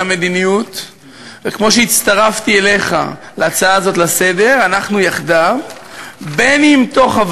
ביקשתי להעלות הצעה דחופה לסדר-היום בנושא האלימות